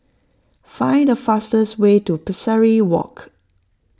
find the fastest way to Pesari Walk